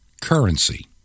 currency